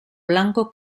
blanco